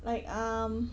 like um